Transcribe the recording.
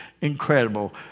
incredible